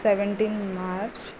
seventeen March